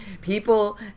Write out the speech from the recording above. people